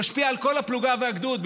הוא משפיע על כל הפלוגה והגדוד,